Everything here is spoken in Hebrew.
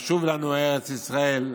שחשובה לנו ארץ ישראל,